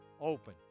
open